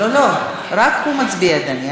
לא לא, רק הוא מצביע ידני.